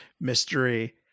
mystery